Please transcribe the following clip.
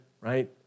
right